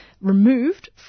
removed